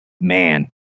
man